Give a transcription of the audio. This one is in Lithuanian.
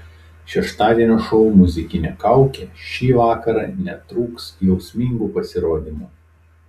šeštadienio šou muzikinė kaukė šį vakarą netrūks jausmingų pasirodymų